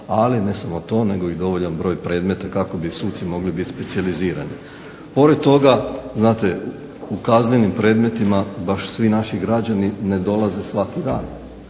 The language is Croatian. ali ne samo to nego i dovoljan broj predmeta kako bi suci mogli biti specijalizirani. Pored toga znate u kaznenim predmetima baš svi naši građani ne dolaze svaki dan,